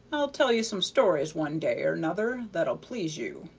i'll tell you some stories one day or nother that'll please you.